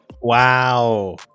wow